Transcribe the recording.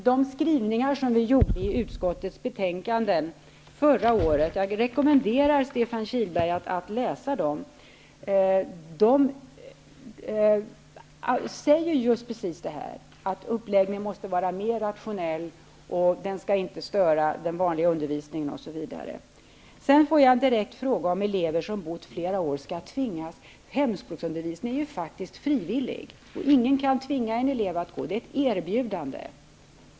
I skrivningarna i utskottets betänkanden förra året sades att uppläggningen måste vara mer rationell och att hemspråksundervisningen inte skall störa den vanliga undervisningen osv. Jag rekommenderar Stefan Kihlberg att läsa dem. Jag får en direkt fråga om elever som har bott flera år i Sverige skall tvingas till hemspråksundervisning. Hemspråksundervisning är faktiskt frivillig. Ingen kan tvinga en elev att gå. Det är ett erbjudande.